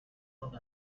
non